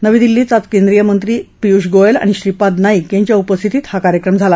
नवी दिल्लीत आज केंद्रीय मंत्री पियूष गोयल आणि श्रीपाद नाईक यांच्या उपस्थितीत हा कार्यक्रम झाला